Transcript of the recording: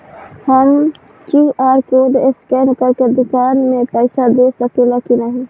हम QR code scan करके दुकान में पईसा दे सकेला की नाहीं?